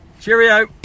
cheerio